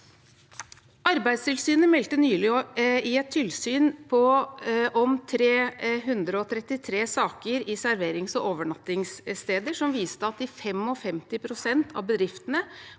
Arbeidstilsynet meldte nylig i et tilsyn om 333 saker i serverings- og overnattingssteder at i 55 pst. av bedriftene